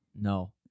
No